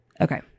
Okay